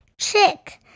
Chick